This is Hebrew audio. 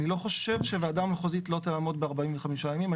אני לא חושב שוועדה מחוזית לא תעמוד ב-45 ימים.